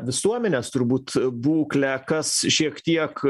visuomenės turbūt būklę kas šiek tiek